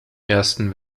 ersten